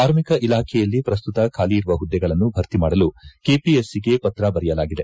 ಕಾರ್ಮಿಕ ಇಲಾಖೆಯಲ್ಲಿ ಪ್ರಸ್ತುತ ಖಾಲಿ ಇರುವ ಹುದ್ದೆಗಳನ್ನು ಭರ್ತಿ ಮಾಡಲು ಕೆಪಿಎಸ್ಸಿಗೆ ಪತ್ರ ಬರೆಯಲಾಗಿದೆ